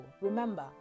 remember